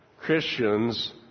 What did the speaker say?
Christians